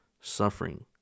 suffering